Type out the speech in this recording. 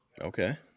Okay